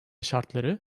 şartları